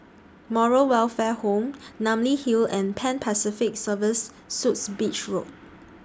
Moral Welfare Home Namly Hill and Pan Pacific Serviced Suites Beach Road